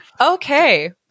Okay